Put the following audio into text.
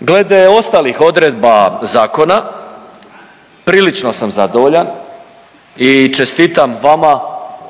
Glede ostalih odredba zakona prilično sam zadovoljan i čestitam vama